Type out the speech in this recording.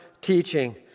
teaching